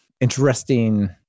interesting